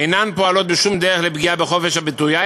אינן פועלות בשום דרך לפגיעה בחופש הביטוי,